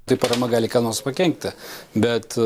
tai parama gali kam nors pakenkti bet